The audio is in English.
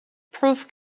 proof